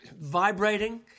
vibrating